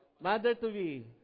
Mother-to-be